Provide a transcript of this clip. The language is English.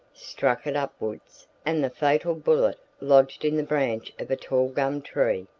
struck it upwards, and the fatal bullet lodged in the branch of a tall gum tree.